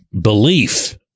belief